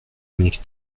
dominique